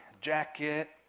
jacket